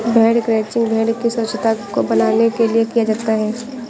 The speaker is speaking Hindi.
भेड़ क्रंचिंग भेड़ की स्वच्छता को बनाने के लिए किया जाता है